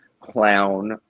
clown